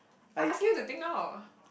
I ask you to think now